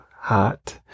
hot